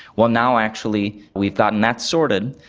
well, now actually we've gotten that sorted,